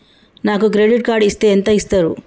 నాకు credit card ఇస్తే ఎంత ఇస్తరు?